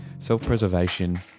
Self-preservation